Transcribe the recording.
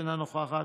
אינה נוכחת,